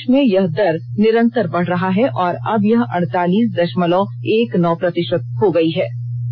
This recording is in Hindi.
वहीं देश में यह दर निरंतर बढ़ रहा है और अब यह अड़तालीस दशमलव एक नौ प्रतिशत हो गई है